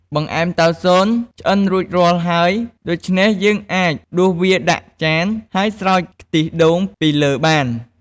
បង្អែមតៅស៊នឆ្អិនរួចរាល់ហើយ ដូច្នេះយើងអាចដួសវាដាក់ចានហើយស្រោចខ្ទិះដូងពីលើបាន។